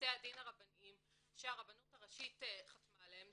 בתי הדין הרבניים שהרבנות הראשית חתמה עליהן,